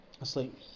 Asleep